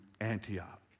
Antioch